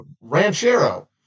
ranchero